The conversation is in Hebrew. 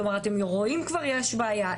כלומר אתם רואים כבר שיש בעיה,